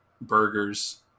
burgers